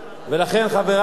ולכן, חברי,